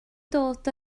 dod